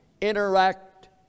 interact